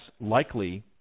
likely